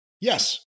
Yes